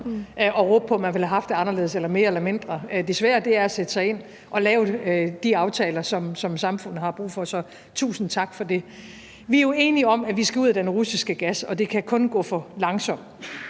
og råbe, at man ville have haft det anderledes eller mere eller mindre. Det svære er at sætte sig og lave de aftaler, som samfundet har brug for – så tusind tak for det. Vi er jo enige om, at vi skal ud af den russiske gas, og det kan kun gå for langsomt.